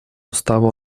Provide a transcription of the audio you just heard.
уставу